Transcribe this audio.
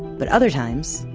but other times,